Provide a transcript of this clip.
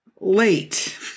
late